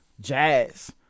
Jazz